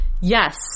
Yes